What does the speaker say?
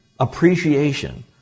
appreciation